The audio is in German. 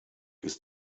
ist